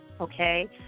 okay